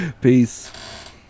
Peace